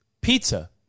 pizza